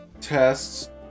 tests